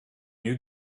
you